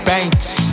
Banks